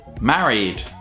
Married